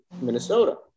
Minnesota